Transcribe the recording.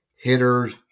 hitters